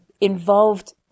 involved